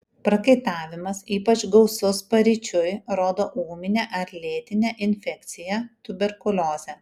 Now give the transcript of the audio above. prakaitavimas ypač gausus paryčiui rodo ūminę ar lėtinę infekciją tuberkuliozę